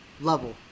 Level